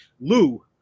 Lou